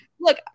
look